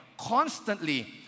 constantly